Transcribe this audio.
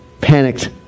panicked